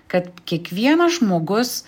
kad kiekvienas žmogus